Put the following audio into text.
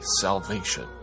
salvation